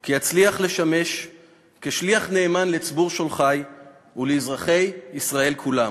כי אצליח לשמש כשליח נאמן לציבור שולחי ולאזרחי ישראל כולם.